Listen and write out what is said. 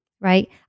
right